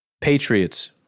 Patriots